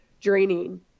draining